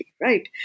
right